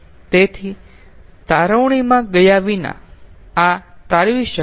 તેથી તારવણીમાં ગયા વિના આ તારવી શકાય છે